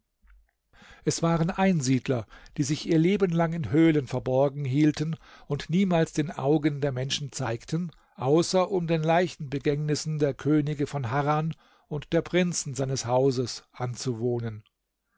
es waren einsiedler die sich ihr leben lang in höhlen verborgen hielten und niemals den augen der menschen zeigten außer um den leichenbegängnissen der könige von harran und der prinzen seines hauses anzuwohnen